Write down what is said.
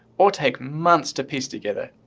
or take months to piece together.